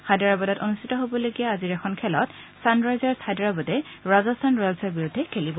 হায়দৰাবাদত অনুষ্ঠিত হবলগীয়া আজিৰ এখন খেলত ছানৰাইজাৰ্ছ হায়দৰাবাদে ৰাজস্থান ৰয়েল্ছৰ বিৰুদ্ধে খেলিব